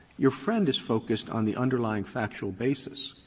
your friend has focused on the underlying factual basis,